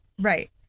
Right